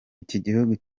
igihugu